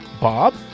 Bob